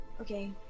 Okay